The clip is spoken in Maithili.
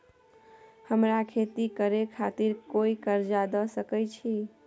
हमरा खेती करे खातिर कोय कर्जा द सकय छै?